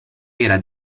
era